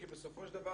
כי בסופו של דבר